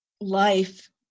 life